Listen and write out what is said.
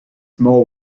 small